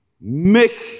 make